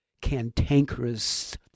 cantankerous